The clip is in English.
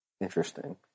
Interesting